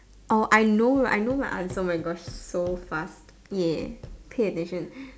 oh I know rig~ I know my answer oh my gosh so fast yeah pay attention